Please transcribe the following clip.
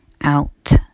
Out